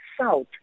South